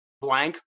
blank